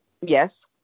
yes